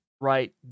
right